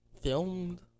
filmed